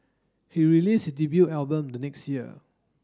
he released his debut album the next year